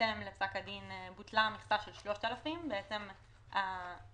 בהתאם לפסק הדין בוטלה המכסה של 3,000. למה?